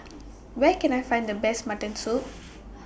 Where Can I Find The Best Mutton Soup